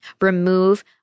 Remove